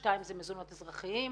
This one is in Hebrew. שניים, זה מזונות אזרחיים.